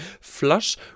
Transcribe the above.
flush